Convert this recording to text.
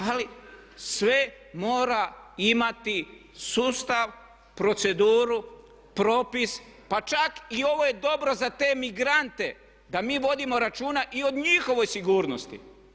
Ali sve mora imati sustav, proceduru, propis pa čak i ovo je dobro za te migrante da mi vodimo računa i o njihovoj sigurnosti.